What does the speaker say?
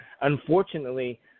unfortunately